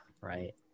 Right